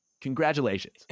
Congratulations